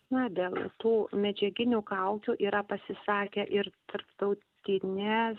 na dėl tų medžiaginių kaukių yra pasisakę ir tarptautinės